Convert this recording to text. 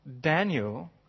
Daniel